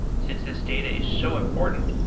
since this data is so important,